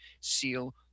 Seal